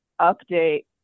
update